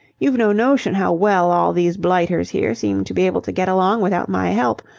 you've no notion how well all these blighters here seem to be able to get along without my help.